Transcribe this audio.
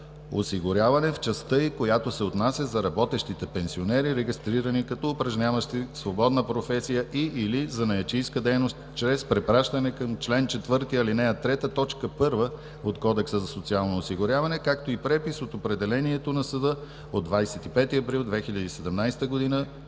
осигуряване в частта й, която се отнася за работещите пенсионери, регистрирани като упражняващи свободна професия и/или занаятчийска дейност чрез препращане към чл. 4, ал. 3, т. 1 от Кодекса за социално осигуряване, както и препис от определението на съда от 25 април 2017 г.